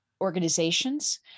organizations